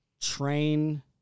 train